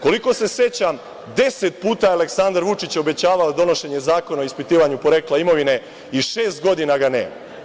Koliko se sećam, deset puta je Aleksandar Vučić obećavao donošenje zakona o ispitivanju porekla imovine i šest godina ga nema.